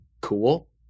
cool